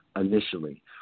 initially